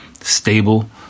stable